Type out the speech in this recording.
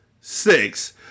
six